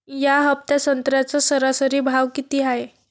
या हफ्त्यात संत्र्याचा सरासरी भाव किती हाये?